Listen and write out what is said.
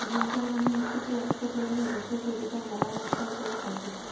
ginger মানে হতিছে একটো ধরণের ভেষজ যেটা মরা মশলা হিসেবে খাইতেছি